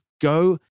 go